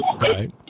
right